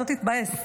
שלא תתבאס.